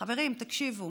חברים, תקשיבו,